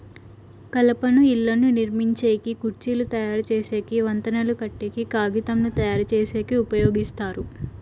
కలపను ఇళ్ళను నిర్మించేకి, కుర్చీలు తయరు చేసేకి, వంతెనలు కట్టేకి, కాగితంను తయారుచేసేకి ఉపయోగిస్తారు